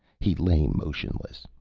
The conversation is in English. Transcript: he lay motionless,